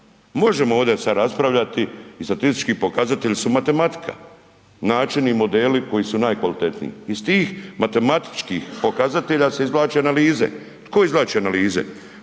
Možemo ovdje sad raspravljati i statistički pokazatelji su matematika, načini i modeli koji su najkvalitetniji. Iz tih matematičkih pokazatelja se izvlače analize. Tko izvlači analize?